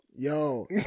Yo